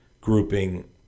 grouping